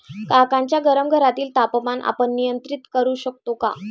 काकांच्या गरम घरातील तापमान आपण नियंत्रित करु शकतो का?